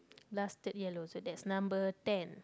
lasted yellow so that's number ten